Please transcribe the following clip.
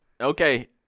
Okay